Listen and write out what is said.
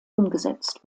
umgesetzt